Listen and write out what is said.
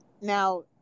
Now